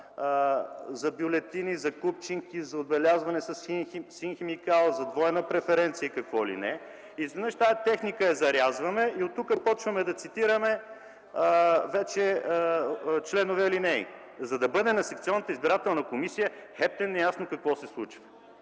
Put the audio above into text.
За бюлетини, за купчинки, за отбелязване със син химикал, за двойна преференция и какво ли не. Изведнъж тази техника я зарязваме и оттук започваме да цитираме вече членове и алинеи, за да бъде на секционната избирателна комисия хептен неясно какво се случва.